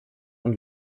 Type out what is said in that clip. und